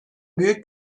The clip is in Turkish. büyük